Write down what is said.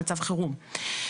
מצב חירום.